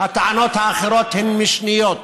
הטענות האחרות הן משניות,